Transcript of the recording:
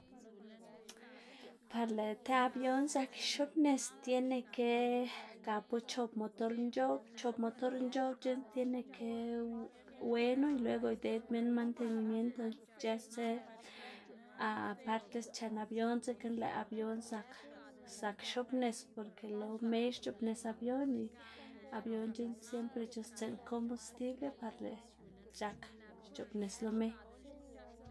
Par lëꞌ ti abión zak xoꞌbnis tiene ke gapu chop motorn nc̲h̲oꞌb, chop motor nc̲h̲oꞌb c̲h̲eꞌn tiene ke wenu y luego ideꞌd minn manenimiento ic̲h̲ësa partes chen abión, dzekna lëꞌ abión zak zak xoꞌbnis porke lo me xc̲hoꞌbnis abión y abión c̲h̲eꞌn siempre c̲h̲uꞌnnstsiꞌn combustible par lëꞌ c̲h̲ak xc̲h̲oꞌbnis lo me.